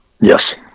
Yes